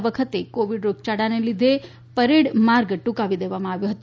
આ વખતે કોવીડ રોગયાળાને લીધે પરેડ માર્ગ ટૂંકાવી દેવામાં આવ્યો છે